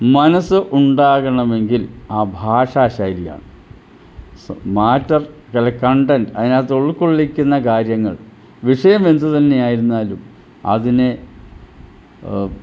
മനസ്സ് ഉണ്ടാകണമെങ്കിൽ ആ ഭാഷാശൈലിയാണ് മാറ്റം അല്ലെങ്കിൽ കണ്ടൻ്റ് അതിനകത്ത് ഉൾക്കൊളിക്കുന്ന കാര്യങ്ങൾ വിഷയമെന്തു തന്നെയായിരുന്നാലും അതിനെ